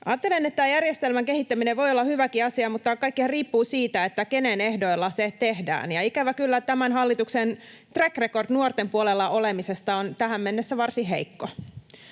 Ajattelen, että tämä järjestelmän kehittäminen voi olla hyväkin asia, mutta kaikkihan riippuu siitä, kenen ehdoilla se tehdään. Ja, ikävä kyllä, tämän hallituksen track record nuorten puolella olemisesta on tähän mennessä varsin heikko.